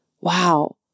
Wow